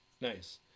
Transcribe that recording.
Nice